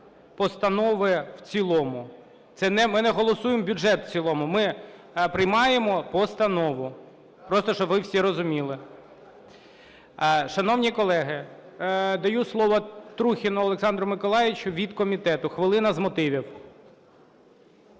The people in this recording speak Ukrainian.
постанови в цілому. Це ми не голосуємо бюджет в цілому, ми приймаємо постанову. Просто щоб ви всі розуміли. Шановні колеги, даю слово Трухіну Олександру Миколайовичу від комітету. Хвилина з мотивів.